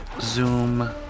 zoom